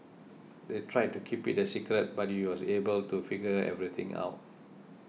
they tried to keep it a secret but you was able to figure everything out